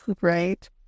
right